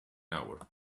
hour